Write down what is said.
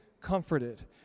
comforted